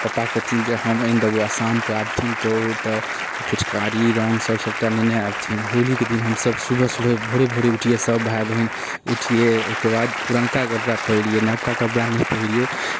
पप्पा कहथिन जे हम आनि देबौ आ शाम कए आबथिन तऽ ओ तऽ फुचकारी रङ्ग सब सबटा नेने आबथिन होलीके दिन हमसब सुबह सुबह भोरे भोरे उठियै सब भाए बहिन उठियै ओहिकेबाद पुरनका कपड़ा पहिरियै नबका कपड़ा नहि पहिरियै